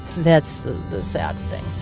that's the the sad thing.